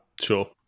Sure